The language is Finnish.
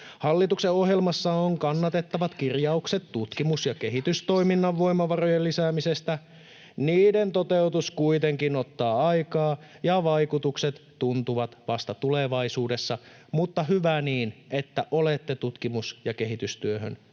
Hallituksen ohjelmassa on kannatettavat kirjaukset tutkimus- ja kehitystoiminnan voimavarojen lisäämisestä. Niiden toteutus kuitenkin ottaa aikaa, ja vaikutukset tuntuvat vasta tulevaisuudessa. Mutta hyvä niin, että olette tutkimus- ja kehitystyöhön